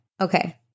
Okay